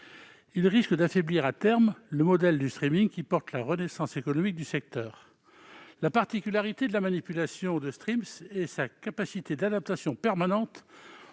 ils risquent d'affaiblir à terme le modèle du, qui porte en lui la renaissance économique du secteur. La particularité de la manipulation de est sa capacité d'adaptation permanente